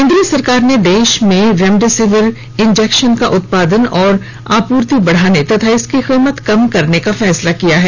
केंद्र सरकार ने देश में रेमडेसिविर इंजेक्शन का उत्पादन और आपूर्ति बढ़ाने तथा इसकी कीमत कम करने का फैसला किया है